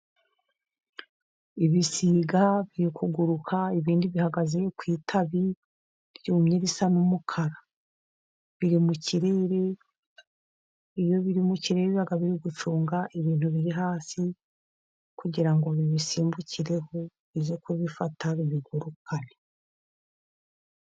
Ibisiga biri kuguruka, ibindi bihagaze ku itabi ryumye risa n'umukara. Biri mu kirere, iyo biri mu kirere biba biri gucunga ibintu biri hasi, kugira ngo bibisimbukireho, bize kubifata bibigurukane.